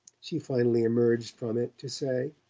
she finally emerged from it to say.